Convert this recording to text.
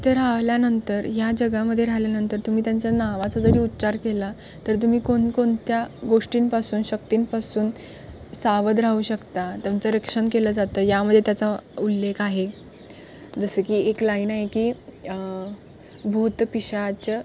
इथं राहिल्यानंतर या जगामध्ये राहिल्यानंतर तुम्ही त्यांच्या नावाचा जरी उच्चार केला तर तुम्ही कोणकोणत्या गोष्टींपासून शक्तींपासून सावध राहू शकता त्यांचं रक्षण केलं जातं यामध्ये त्याचा उल्लेख आहे जसं की एक लाईन आहे की भूत पिशाचं